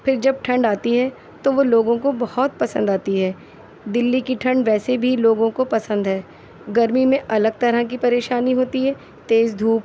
پھر جب ٹھنڈ آتی ہے تو وہ لوگوں کو بہت پسند آتی ہے دلّی کی ٹھنڈ ویسے بھی لوگوں کو پسند ہے گرمی میں الگ طرح کی پریشانی ہوتی ہے تیز دھوپ